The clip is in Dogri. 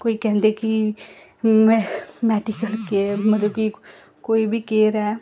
कोई कैंह्दे कि मै मैडिकल केयर मतलब कि कोई बी केयर ऐ